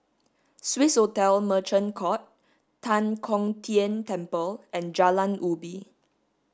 Swissotel Merchant Court Tan Kong Tian Temple and Jalan Ubi